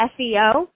SEO